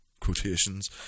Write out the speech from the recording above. quotations